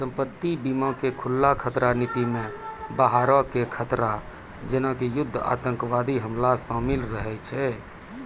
संपत्ति बीमा के खुल्ला खतरा नीति मे बाहरो के खतरा जेना कि युद्ध आतंकबादी हमला शामिल रहै छै